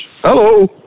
Hello